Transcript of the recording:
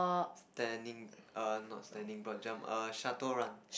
standing err not standing broad jump err shuttle run